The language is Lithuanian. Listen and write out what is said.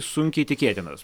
sunkiai tikėtinas